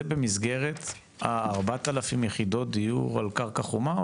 זה במסגרת ה-4,000 יחידות דיור על קרקע חומה?